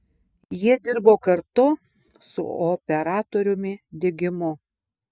jie dirbo kartu su operatoriumi digimu